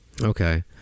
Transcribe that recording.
okay